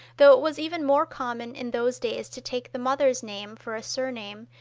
though it was even more common in those days to take the mother's name for a surname,